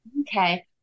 okay